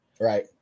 Right